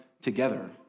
together